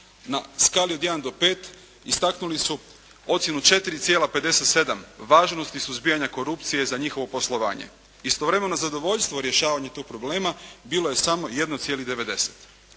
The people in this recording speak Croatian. Na skali od 1 do 5 istaknuli su ocjenu 4,57 važnosti suzbijanja korupcije za njihovo poslovanje. Istovremeno zadovoljstvo rješavanja tog problema bilo je samo 1,90.